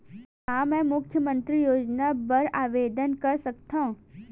का मैं मुख्यमंतरी योजना बर आवेदन कर सकथव?